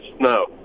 No